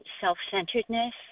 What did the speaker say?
self-centeredness